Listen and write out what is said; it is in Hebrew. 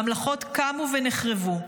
ממלכות קמו ונחרבו,